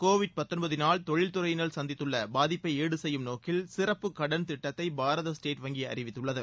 Covid பத்தொன்பதினால் தொழில் துறையினர் சந்தித்துள்ள பாதிப்பை ஈடுசெய்யும் நோக்கில் சிறப்பு கடன் திட்டத்தை பாரத ஸ்டேட் வங்கி அறிவித்துள்ளது